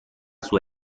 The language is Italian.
sua